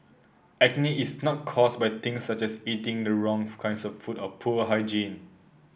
acne is not caused by things such as eating the wrong kinds of food or poor hygiene